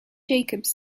jacobs